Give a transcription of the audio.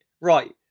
right